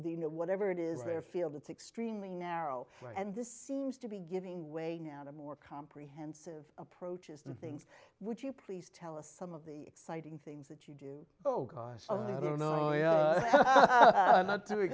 know whatever it is their field it's extremely narrow for and this seems to be giving way now to more comprehensive approaches the things would you please tell us some of the exciting things that you do oh god i don't know